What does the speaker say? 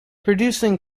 producing